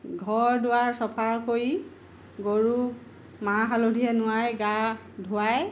ঘৰ দুৱাৰ চাফা কৰি গৰু মাহ হালধিয়ে নোৱাই গা ধোৱাই